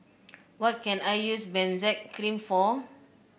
what can I use Benzac Cream for